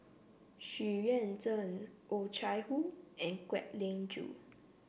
Xu Yuan Zhen Oh Chai Hoo and Kwek Ling Joo